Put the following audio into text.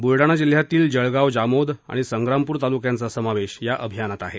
बुलडाणा जिल्ह्यातील जळगांव जामोद आणि संग्रामपूर तालुक्यांचा समावेश या अभियानात आहे